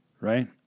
right